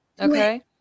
Okay